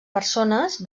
persones